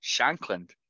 Shankland